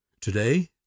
Today